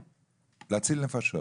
להתחיל להציל נפשות